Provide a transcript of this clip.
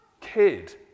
kid